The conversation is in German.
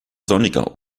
sonniger